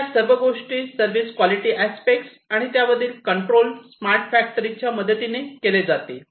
तर या सर्व गोष्टी सर्व्हिस क्वालिटी अस्पेक्ट आणि त्यावरील कंट्रोल स्मार्ट फॅक्टरीच्या मदतीने केले जाईल